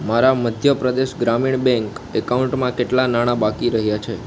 મારા મધ્યપ્રદેશ ગ્રામીણ બેંક એકાઉન્ટમાં કેટલાં નાણા બાકી રહ્યાં છે